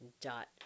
dot